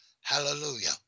Hallelujah